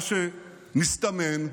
מה שמסתמן,